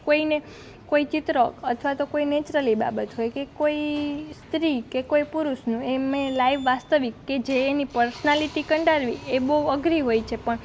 કોઈ ને કોઈ ચિત્ર અથવા તો કોઈ નેચરલી બાબત હોય કે કોઈ સ્ત્રી કે કોઈ પુરુષનું એમ મેં લાઈવ વાસ્તવિક કે જે એની પર્સનાલિટી કંડારવી એ બહું અઘરી હોય છે પણ